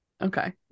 Okay